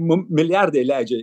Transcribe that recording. mum milijardai leidžia